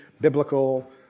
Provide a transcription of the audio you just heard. biblical